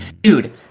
Dude